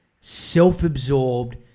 self-absorbed